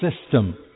system